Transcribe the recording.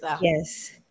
Yes